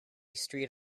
street